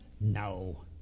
No